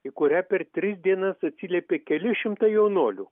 į kurią per tris dienas atsiliepė keli šimtai jaunuolių